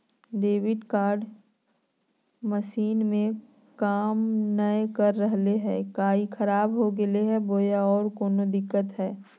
Debit card machine में काम नाय कर रहले है, का ई खराब हो गेलै है बोया औरों कोनो दिक्कत है?